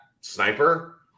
Sniper